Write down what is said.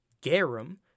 garum